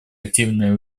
активные